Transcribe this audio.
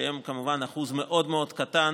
שהם כמובן אחוז מאוד מאוד קטן